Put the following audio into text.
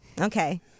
Okay